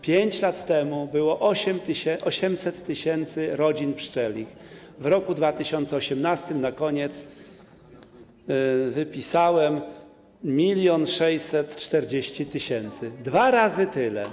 5 lat temu było 800 tys. rodzin pszczelich, w roku 2018, na koniec, wypisałem 1640 tys. - dwa razy tyle.